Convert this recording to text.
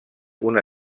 una